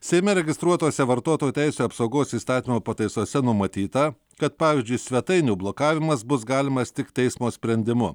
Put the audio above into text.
seime registruotose vartotojų teisių apsaugos įstatymo pataisose numatyta kad pavyzdžiui svetainių blokavimas bus galimas tik teismo sprendimu